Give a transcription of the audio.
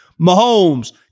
Mahomes